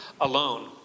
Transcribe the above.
alone